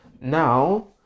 now